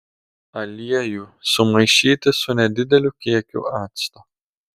aliejų sumaišyti su nedideliu kiekiu acto